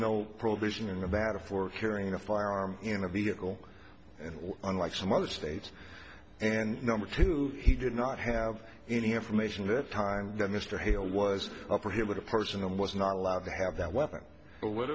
no provision in the data for carrying a firearm in a vehicle and unlike some other states and number two he did not have any information that time mr hale was up or hit with a person and was not allowed to have that weapon but what